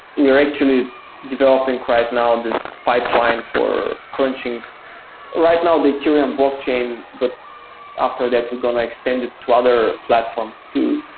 we're actually developing right now this pipeline for crunching right now the ethereum blockchain, but after that we're going to extend it to to other platforms too.